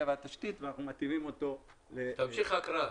תמשיך בהקראה.